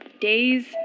Days